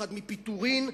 פחד מפיטורין,